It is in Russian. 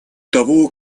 того